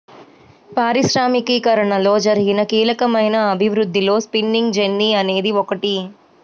పారిశ్రామికీకరణలో జరిగిన కీలకమైన అభివృద్ధిలో స్పిన్నింగ్ జెన్నీ అనేది ఒకటి